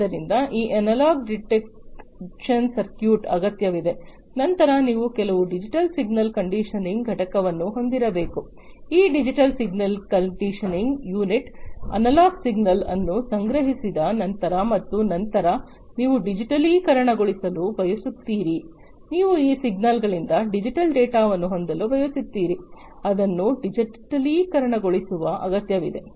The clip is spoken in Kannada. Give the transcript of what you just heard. ಆದ್ದರಿಂದ ಈ ಅನಲಾಗ್ ಡಿಟೆಕ್ಷನ್ ಸರ್ಕ್ಯೂಟ್ ಅಗತ್ಯವಿದೆ ನಂತರ ನೀವು ಕೆಲವು ಡಿಜಿಟಲ್ ಸಿಗ್ನಲ್ ಕಂಡೀಷನಿಂಗ್ ಘಟಕವನ್ನು ಹೊಂದಿರಬೇಕು ಈ digital signal conditioning unit analogue signal ಅನ್ನು ಸಂಗ್ರಹಿಸಿದ ನಂತರ ಮತ್ತು ನಂತರ ನೀವು ಡಿಜಿಟಲೀಕರಣಗೊಳಿಸಲು ಬಯಸುತ್ತೀರಿ ನೀವು ಸಿಗ್ನಲ್ಗಳಿಂದ ಡಿಜಿಟಲ್ ಡೇಟಾವನ್ನು ಹೊಂದಲು ಬಯಸುತ್ತೀರಿ ಅದನ್ನು ಡಿಜಿಟಲೀಕರಣಗೊಳಿಸುವ ಅಗತ್ಯವಿದೆ